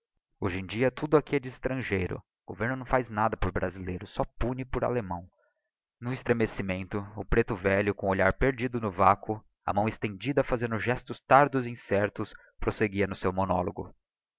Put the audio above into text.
hoje em dia tudo aqui é de extrangeiro governo não faz nada por brasileiro só pune por allemão n'um estremecimento o preto velho com o olhar perdido no vácuo a mão estendida fazendo gestos tardos e incertos proseguia no seu monologo